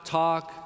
talk